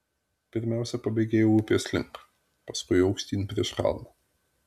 pirmiausia pabėgėjau upės link paskui aukštyn prieš kalną